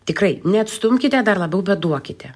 tikrai neatstumkite dar labiau bet duokite